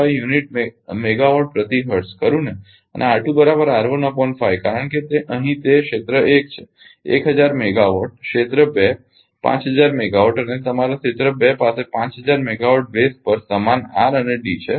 05 unit megawatt પ્રતિ hertz ખરુ ને અને કારણ કે અહીં તે ક્ષેત્ર 1 છે 1000 મેગાવાટ ક્ષેત્ર 2 5000 મેગાવાટ અને તમારા ક્ષેત્ર 2 પાસે 5000 મેગાવાટ બેઝ પર સમાન આર અને ડી છે